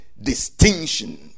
distinction